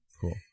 cool